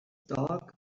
dark